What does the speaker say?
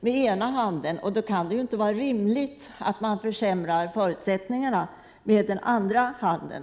Det kan inte vara rimligt att man ger stöd med den ena handen och försämrar förutsättningarna med den andra handen.